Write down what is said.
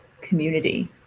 community